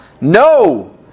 No